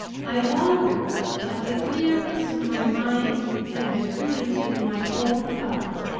i wondered at the clearness of my mind and the purity of my whole heart.